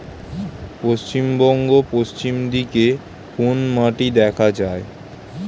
পশ্চিমবঙ্গ পশ্চিম দিকে কোন মাটি দেখা যায়?